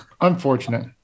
unfortunate